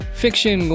fiction